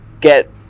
get